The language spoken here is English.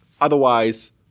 otherwise